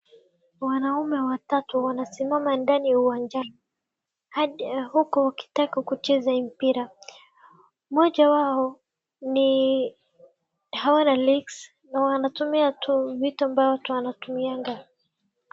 Wanaume watatu wanasimama ndani ya uwanjani huku wakitaka kucheza mpira. Mmoja wao ni hawana legs na wanatumia tu miti tu wanatumianga.